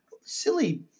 Silly